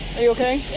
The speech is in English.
are you ok?